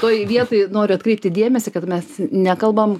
toj vietoj noriu atkreipti dėmesį kad mes nekalbam